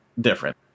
different